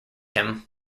him